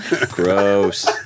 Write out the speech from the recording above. Gross